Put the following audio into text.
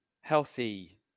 healthy